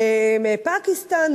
מפקיסטן,